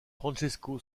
francesco